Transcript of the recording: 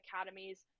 academies